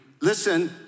Listen